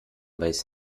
weiß